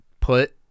put